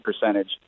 percentage